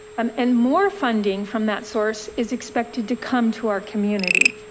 um and more funding from that source is expected to come to our community.